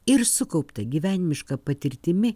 ir sukaupta gyvenimiška patirtimi